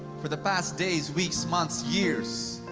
for the past days, weeks, months, years,